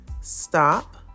Stop